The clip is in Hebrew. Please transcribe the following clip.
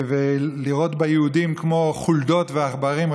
לראות את היהודים כמו חולדות ועכברים,